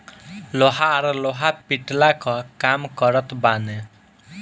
लोहार लोहा पिटला कअ काम करत बाने